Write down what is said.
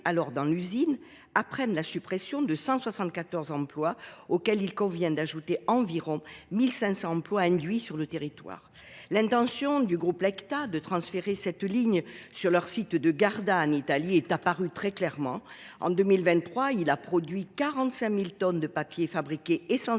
alors dans l’usine apprennent la suppression de 174 emplois, auxquels il convient d’ajouter celle d’environ 1 500 emplois induits sur le territoire. L’intention de Lecta de transférer cette ligne sur son site de Garda en Italie est apparue très clairement : en 2023, le groupe a produit 45 000 tonnes de papier fabriqué essentiellement